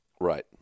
Right